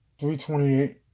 328